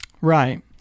Right